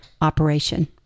operation